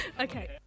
Okay